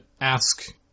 ask